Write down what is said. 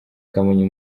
kamonyi